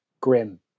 grim